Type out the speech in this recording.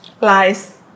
Lies